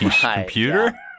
computer